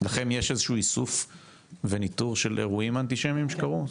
לכם יש איזשהו איסוף וניטור של אירועים אנטישמיים שקרו?